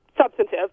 substantive